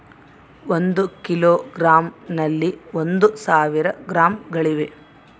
ಒಂದು ಕಿಲೋಗ್ರಾಂ ನಲ್ಲಿ ಒಂದು ಸಾವಿರ ಗ್ರಾಂಗಳಿವೆ